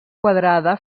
quadrada